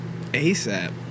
ASAP